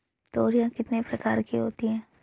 तोरियां कितने प्रकार की होती हैं?